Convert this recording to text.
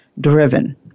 driven